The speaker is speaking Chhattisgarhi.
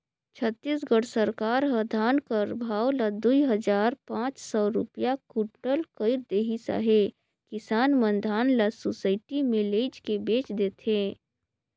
छत्तीसगढ़ सरकार ह धान कर भाव ल दुई हजार पाच सव रूपिया कुटल कइर देहिस अहे किसान मन धान ल सुसइटी मे लेइजके बेच देथे